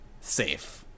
safe